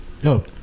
Yo